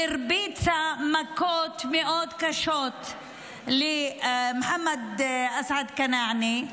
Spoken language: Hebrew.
היא הרביצה מכות מאוד קשות למוחמד אסעד כנאענה,